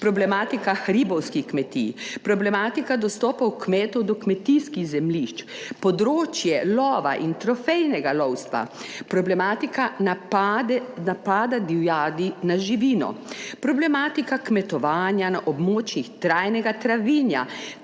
problematika hribovskih kmetij, problematika dostopov kmetov do kmetijskih zemljišč, področje lova in trofejnega lovstva, problematika napada divjadi na živino, problematika kmetovanja na območjih trajnega travinja